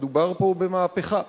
מדובר פה במהפכה.